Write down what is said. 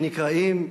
שנקראים,